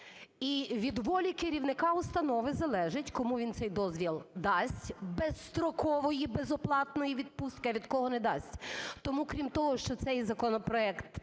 І від волі керівника установи залежить, кому він цей дозвіл дасть, безстрокової безоплатної відпустки, а від кого - не дасть. Тому, крім того, що цей законопроект